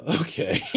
Okay